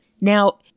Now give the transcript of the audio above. Now